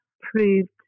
proved